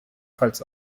pfalz